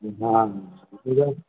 मां